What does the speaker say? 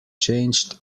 changed